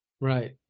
Right